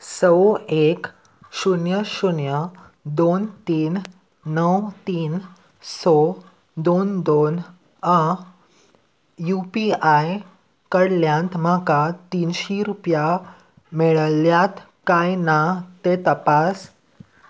स एक शुन्य शुन्य दोन तीन णव तीन स दोन दोन अ यू पी आय कडल्यान म्हाका तिनशी रुपया मेळ्ळ्यात काय ना तें तपास